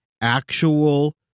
actual